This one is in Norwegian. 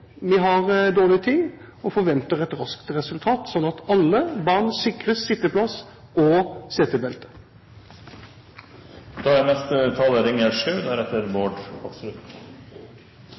Vi har dårlig tid og forventer et raskt resultat, slik at alle barn sikres sitteplass og